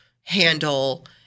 handle